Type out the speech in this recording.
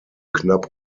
knapp